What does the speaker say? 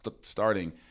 starting